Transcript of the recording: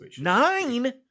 Nine